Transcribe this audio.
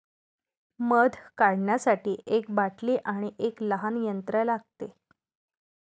मध काढण्यासाठी एक बाटली आणि एक लहान यंत्र लागते